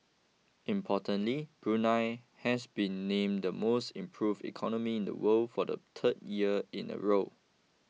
importantly Brunei has been named the most improve economy in the world for the third year in a row